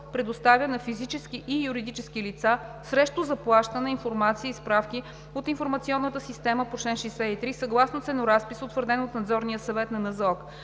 предоставя на физически и юридически лица срещу заплащане информация и справки от информационната система по чл. 63 съгласно ценоразпис, утвърден от Надзорния съвет на НЗОК.